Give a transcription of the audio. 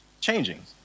changing